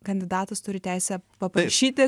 kandidatas turi teisę paprašyti